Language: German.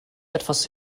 etwas